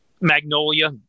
Magnolia